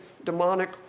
demonic